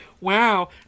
Wow